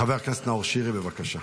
חבר הכנסת נאור שירי, בבקשה.